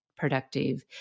productive